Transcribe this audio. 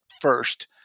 first